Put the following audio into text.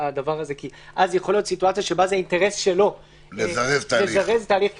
כי אז יכולה להיות סיטואציה שבה זה אינטרס שלו לזרז את ההליך,